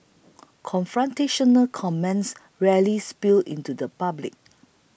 confrontational comments rarely spill into the public